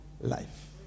life